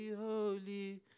holy